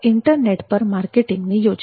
internet પર માર્કેટિંગની યોજના